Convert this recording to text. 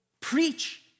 Preach